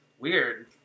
Weird